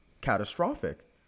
catastrophic